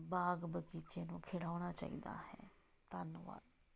ਬਾਗ ਬਗੀਚੇ ਨੂੰ ਖਿਡਾਉਣਾ ਚਾਹੀਦਾ ਹੈ ਧੰਨਵਾਦ